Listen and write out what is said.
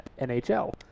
NHL